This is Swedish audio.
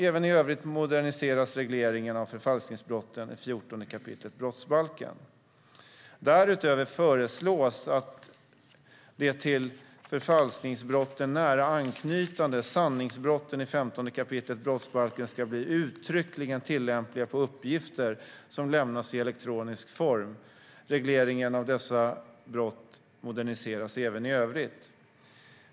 Även i övrigt moderniseras regleringen av förfalskningsbrotten i 14 kap. brottsbalken. Därutöver föreslås att de till förfalskningsbrotten nära anknytande sanningsbrotten i 15 kap. brottsbalken ska bli uttryckligen tillämpliga på uppgifter som lämnas i elektronisk form. Regleringen av dessa brott moderniseras även i övrigt.